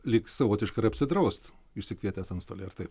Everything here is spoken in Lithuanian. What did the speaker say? lyg savotiškai ir apsidraust išsikvietęs antstolį ar taip